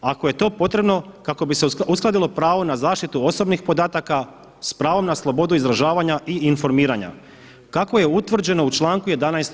Ako je to potrebno kako bi se uskladilo pravo na zaštitu osobnih podataka sa pravom na slobodu izražavanja i informiranja kako je utvrđeno u članku 11.